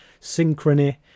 Synchrony